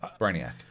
Brainiac